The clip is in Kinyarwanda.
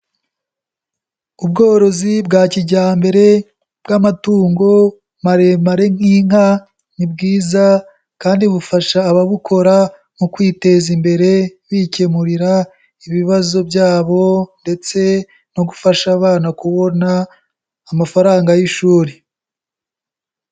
Ubworozi bwa kijyambere bw'amatungo maremare nk'inka, ni bwiza kandi bufasha ababukora mu kwiteza imbere bikemurira ibibazo byabo ndetse no gufasha abana kubona amafaranga y'ishuri.